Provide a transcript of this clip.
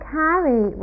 carry